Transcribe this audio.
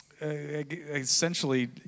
essentially